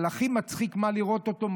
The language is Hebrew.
אבל מה הכי מצחיק לראות אותו?